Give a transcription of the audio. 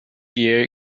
ger